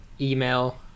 email